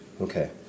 Okay